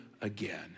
again